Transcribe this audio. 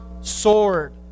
sword